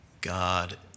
God